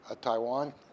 Taiwan